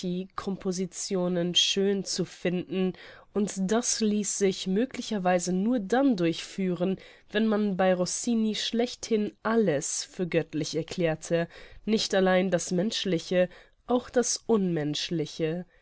compositionen schön zu finden und das ließ sich möglicherweise nur dann durchführen wenn man bei rossini schlechthin alles für göttlich erklärte nicht allein das menschliche auch das unmenschliche